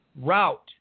route